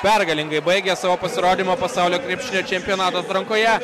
pergalingai baigė savo pasirodymą pasaulio krepšinio čempionato atrankoje